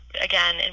again